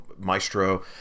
Maestro